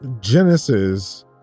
Genesis